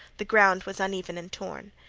the ground was uneven and torn.